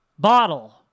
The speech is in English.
Bottle